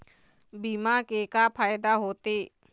बीमा के का फायदा होते?